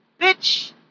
bitch